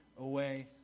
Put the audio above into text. away